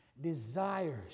desires